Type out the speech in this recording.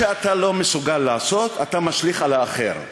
אותך ואת כלל אזרחי ישראל בחג הזה,